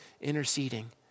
interceding